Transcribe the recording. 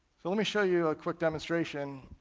so let me show you a quick demonstration.